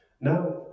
Now